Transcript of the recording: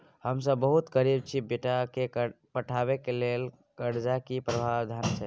हम सब बहुत गरीब छी, बेटा के पढाबै के लेल कर्जा के की प्रावधान छै?